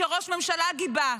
שראש הממשלה גיבה,